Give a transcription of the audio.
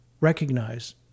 recognize